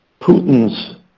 Putin's